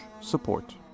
support